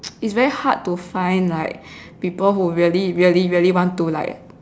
is very hard to find like people who really really really want to like